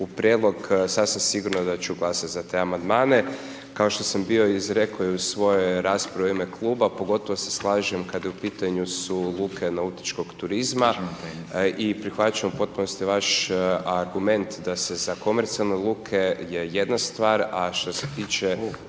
u prijedlog sasvim sigurno da ću glasati za te amandmane. Kao što sam bio izrekao i u svojoj raspravi u ime kluba pogotovo se slažem kada u pitanju su luke nautičkog turizma i prihvaćam u potpunosti vas argument da se za komercijalne luke je jedna stvar a što se tiče